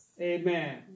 Amen